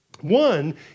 One